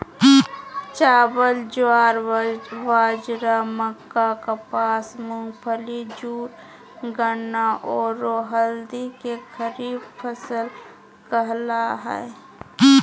चावल, ज्वार, बाजरा, मक्का, कपास, मूंगफली, जूट, गन्ना, औरो हल्दी के खरीफ फसल कहला हइ